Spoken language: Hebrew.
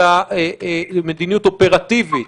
אלא מדיניות אופרטיבית.